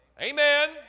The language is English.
Amen